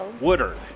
Woodard